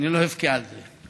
אני לא אבכה על זה.